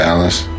Alice